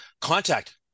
contact